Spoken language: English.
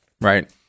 right